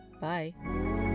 Bye